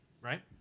right